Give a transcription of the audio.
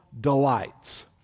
delights